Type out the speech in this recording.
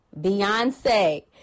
Beyonce